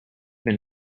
been